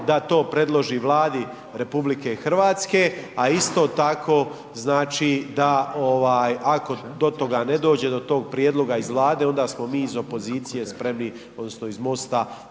da to predloži Vladi RH a isto tako znači da ako do toga ne dođe, do tog prijedloga iz Vlade onda smo mi iz opozicije spremni odnosno iz MOST-a,